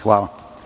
Hvala.